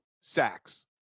sacks